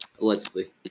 allegedly